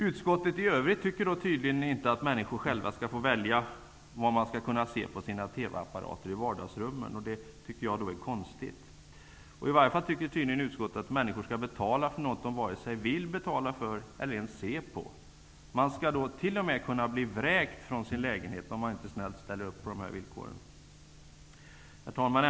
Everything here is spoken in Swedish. Utskottet i övrigt tycker tydligen inte att människor själva skall få välja vad de skall kunna se på sina TV-apparater i vardagsrummen. Det tycker jag är konstigt. I varje fall tycker tydligen utskottet att människor skall betala får något som de varken vill betala för eller ens ha. Man skall t.o.m. kunna bli vräkt från sin lägenhet om man inte snällt ställer upp på de här villkoren. Herr talman!